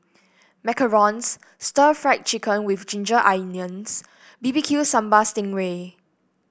macarons Stir Fried Chicken with Ginger Onions B B Q Sambal Sting Ray